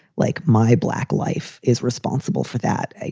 like, my black life is responsible for that